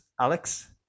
Alex